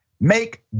make